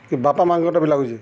କି ବାପା ମାଁଙ୍କରଟା ବି ଲାଗୁଚେ